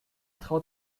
traut